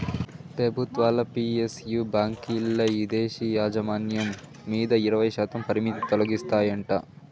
పెబుత్వాలు పి.ఎస్.యు బాంకీల్ల ఇదేశీ యాజమాన్యం మీద ఇరవైశాతం పరిమితి తొలగిస్తాయంట